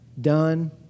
done